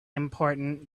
important